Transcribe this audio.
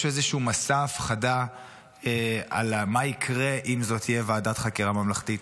יש איזה מסע הפחדה על מה יקרה אם זו תהיה ועדת חקירה ממלכתית.